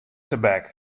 tebek